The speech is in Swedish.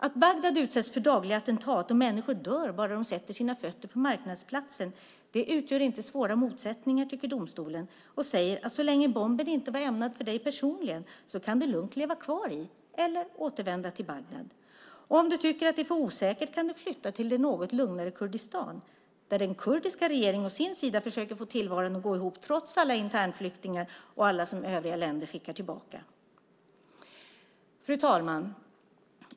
Att Bagdad utsätts för dagliga attentat och människor dör bara de sätter sina fötter på marknadsplatsen utgör inte svåra motsättningar, tycker domstolen och säger att så länge bomben inte var ämnad för dig personligen kan du lugnt leva kvar i eller återvända till Bagdad. Om du tycker att det är för osäkert kan du flytta till det något lugnare Kurdistan, där den kurdiska regeringen å sin sida försöker få tillvaron att gå ihop trots alla internflyktingar och alla som övriga länder skickar tillbaka. Fru talman!